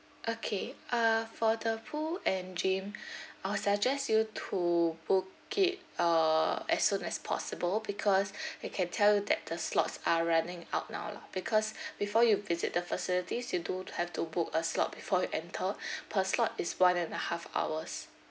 okay uh for the pool and gym I will suggest you to book it uh as soon as possible because I can tell you that the slots are running out now lah because before you visit the facilities you do have to book a slot before you enter per slot is one and a half hours